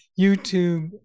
YouTube